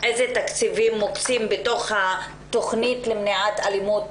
איזה תקציב מוקצה לתכנית למניעת אלימות